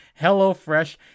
HelloFresh